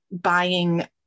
buying